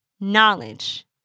knowledge